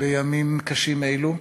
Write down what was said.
בימים קשים אלו.